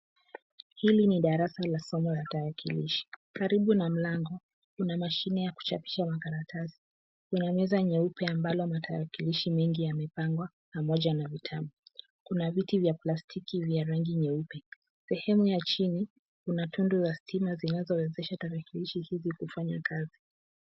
Hili ni darasa la somo ya tarakilishi. Karibu na mlango, kuna mashine ya kuchapisha makaratasi. Kuna meza nyeupe ambalo matarakilishi mingi yamepangwa pamoja na vitabu. Kuna viti vya plastiki vya rangi nyeupe. Sehemu ya chini kuna tundu za stima zinazowezesha tarakilishi hizi kufanya kazi.